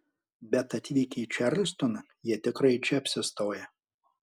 bet atvykę į čarlstoną jie tikrai čia apsistoja